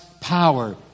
power